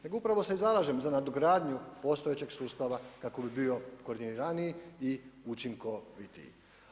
Nego upravo se zalažem za nadogradnju postojećeg sustava kako bi bio koordiniranju i učinkovitiji.